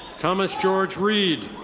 thomas george reed.